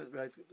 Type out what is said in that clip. right